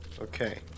Okay